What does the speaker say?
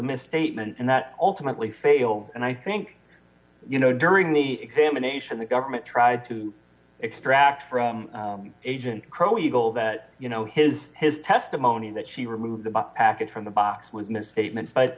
misstatement and that ultimately failed and i think you know during the examination the government tried to extract from agent crowe eagle that you know his his testimony that she removed the package from the box was misstatements